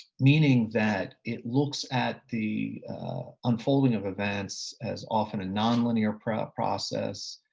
meaning that it looks at the unfolding of events as often a nonlinear prep process.